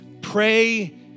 pray